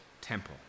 temple